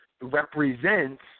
represents